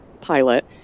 pilot